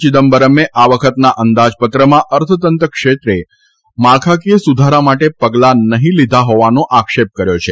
ચીદંબરમે આ વખતના અંદાજપત્રમાં અર્થતંત્ર ક્ષેત્રે માળખાકીય સુધારા માટે પગલાં નહી લીધા હોવાનો આક્ષેપ કર્યો છે